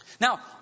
Now